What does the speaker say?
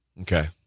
Okay